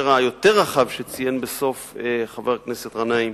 היותר רחב שציין בסוף חבר הכנסת גנאים,